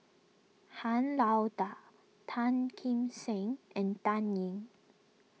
Han Lao Da Tan Kim Seng and Dan Ying